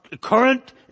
current